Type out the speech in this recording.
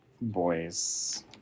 Boys